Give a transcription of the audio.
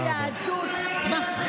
הורדוס היה גאה בכם.